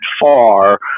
far